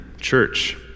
church